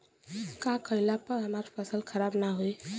का कइला पर हमार फसल खराब ना होयी?